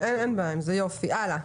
זה בסדר.